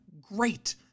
great